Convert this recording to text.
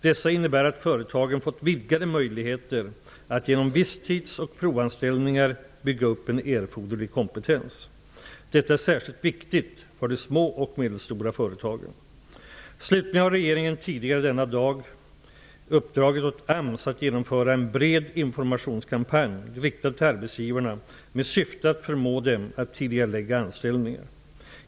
Dessa innebär att företagen fått vidgade möjligheter att genom visstids och provanställningar bygga upp en erforderlig kompetens. Detta är särskilt viktigt för de små och medelstora företagen. Slutligen har regeringen tidigare denna dag uppdragit åt AMS att genomföra en bred informationskampanj riktad till arbetsgivarna med syfte att förmå dem att tidigarelägga anställningar.